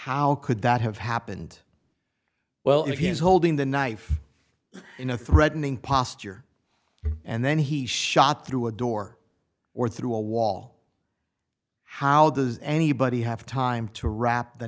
how could that have happened well if he was holding the knife in a threatening posture and then he shot through a door or through a wall how does anybody have time to wrap the